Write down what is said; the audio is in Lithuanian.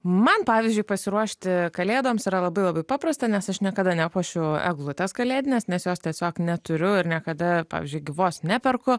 man pavyzdžiui pasiruošti kalėdoms yra labai labai paprasta nes aš niekada nepuošiu eglutės kalėdinės nes jos tiesiog neturiu ir niekada pavyzdžiui gyvos neperku